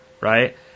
right